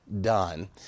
done